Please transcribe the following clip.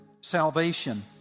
salvation